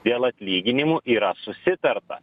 dėl atlyginimų yra susitarta